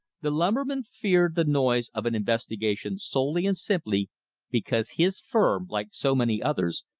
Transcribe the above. the lumberman feared the noise of an investigation solely and simply because his firm, like so many others,